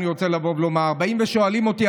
אני רוצה לבוא ולומר: באים ושואלים אותי,